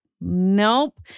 Nope